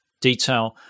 detail